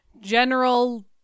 general